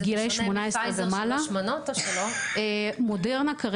גם אחרי שזה תוקנן ותוקן לכל התחלואה הנוספת או גורמי סיכון נוספים